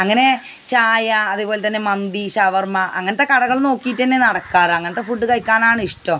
അങ്ങനെ ചായ അതേപോലെ തന്നെ മന്തി ഷവർമ അങ്ങനത്തെ കടകൾ നോക്കിയിട്ടു തന്നെ നടക്കാറ് അങ്ങനത്തെ ഫുഡ് കഴിക്കാനാണ് ഇഷ്ടവും